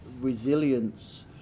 resilience